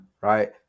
right